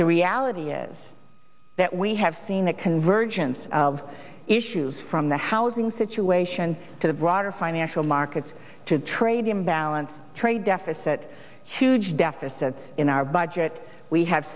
the reality is that we have seen a convergence of issues from the housing situation to the broader financial markets to the trade imbalance trade deficit huge deficits in our budget we have